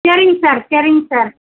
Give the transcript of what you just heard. சரிங்க சார் சரிங்க சார்